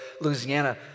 Louisiana